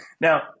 Now